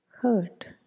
Hurt